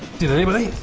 did anybody?